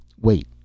Wait